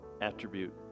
attribute